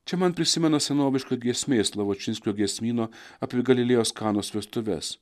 čia man prisimena senoviška giesmė iš slavočinskio giesmyno apie galilėjos kanos vestuves